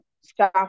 staff